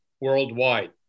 worldwide